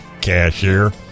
cashier